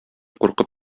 куркып